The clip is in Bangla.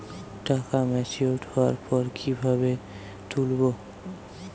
টাকা ম্যাচিওর্ড হওয়ার পর কিভাবে তুলব?